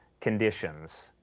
conditions